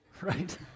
right